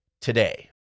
today